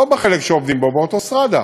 לא בחלק שעובדים בו, באוטוסטרדה,